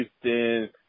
Houston